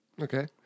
Okay